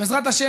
בעזרת ה',